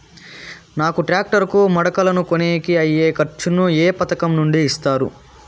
నాకు టాక్టర్ కు మడకలను కొనేకి అయ్యే ఖర్చు ను ఏ పథకం నుండి ఇస్తారు?